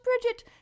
Bridget